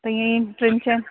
त ईअं ई टिनि चइनि